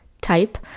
type